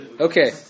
Okay